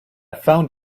found